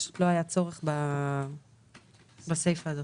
פשוט לא היה צורך בסיפה הזאת.